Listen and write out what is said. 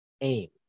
aim